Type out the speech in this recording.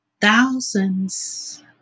Thousands